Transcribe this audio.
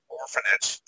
orphanage